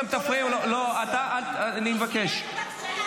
אתה בקריאה שנייה.